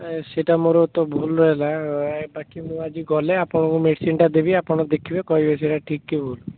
ସେଇଟା ମୋର ତ ଭୁଲ୍ ରହିଲା ବାକି ମୁଁ ଆଜି ଗଲେ ଆପଣଙ୍କୁ ମେଡ଼ିସିନ୍ଟା ଦେବି ଆପଣ ଦେଖିବେ କହିବେ ସେଇଟା ଠିକ୍ କି ଭୁଲ୍